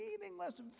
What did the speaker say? meaningless